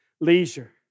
Leisure